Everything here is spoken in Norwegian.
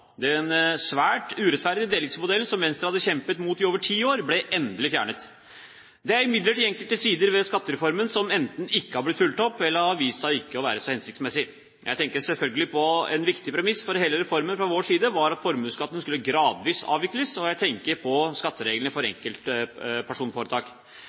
svært urettferdige delingsmodellen som Venstre hadde kjempet mot i over ti år, ble endelig fjernet. Det er imidlertid enkelte sider ved skattereformen som enten ikke har blitt fulgt opp eller har vist seg ikke å være så hensiktsmessig. Jeg tenker selvfølgelig på at en viktig premiss for hele reformen fra vår side var at formuesskatten skulle gradvis avvikles, og jeg tenker på skattereglene for